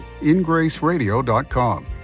ingraceradio.com